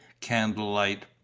candlelight